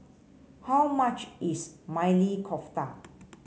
how much is Maili Kofta